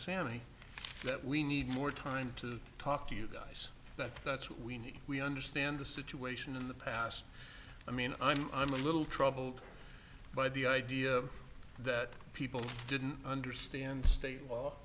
sammy that we need more time to talk to you guys that that's what we need we understand the situation in the past i mean i'm a little troubled by the idea that people didn't understand the state